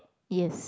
yes